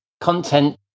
content